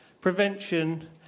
prevention